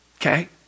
Okay